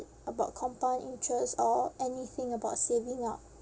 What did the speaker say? about compound interest or anything about saving up